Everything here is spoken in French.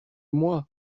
moi